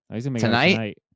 Tonight